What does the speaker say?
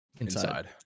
Inside